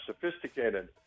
sophisticated